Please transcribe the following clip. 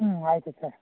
ಹ್ಞೂ ಆಯಿತು ಸರ್